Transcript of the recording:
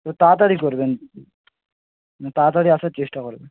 তো তাড়াতাড়ি করবেন তাড়াতাড়ি আসার চেষ্টা করবেন